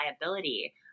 liability